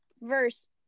verse